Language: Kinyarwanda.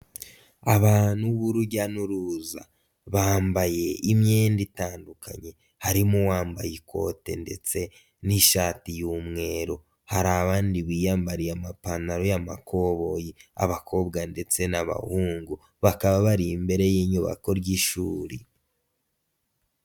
Abantu b'urujya n'uruza, bambaye imyenda itandukanye harimo uwambaye ikote ndetse n'ishati y'umweru, hari abandi biyambariye amapantaro y'amakoboyi abakobwa ndetse n'abahungu bakaba bari imbere y'inyubako ry'ishuri.